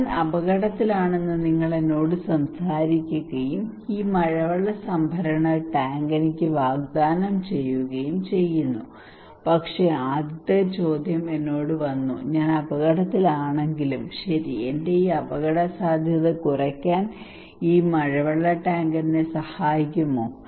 ഞാൻ അപകടത്തിലാണെന്ന് നിങ്ങൾ എന്നോട് സംസാരിക്കുകയും ഈ മഴവെള്ള സംഭരണ ടാങ്ക് എനിക്ക് വാഗ്ദാനം ചെയ്യുകയും ചെയ്യുന്നു പക്ഷേ ആദ്യത്തെ ചോദ്യം എന്നോട് വന്നു ഞാൻ അപകടത്തിലാണെങ്കിലും ശരി എന്റെ അപകടസാധ്യത കുറയ്ക്കാൻ ഈ മഴവെള്ള ടാങ്ക് എന്നെ സഹായിക്കുമോ